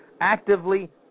actively